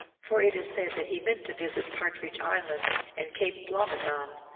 for it is said that he meant to visit partridge island and cape blomidon,